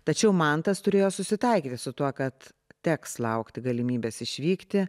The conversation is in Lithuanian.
tačiau mantas turėjo susitaikyti su tuo kad teks laukti galimybės išvykti